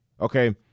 okay